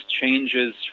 changes